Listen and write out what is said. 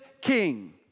king